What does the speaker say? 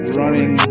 running